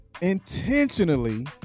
intentionally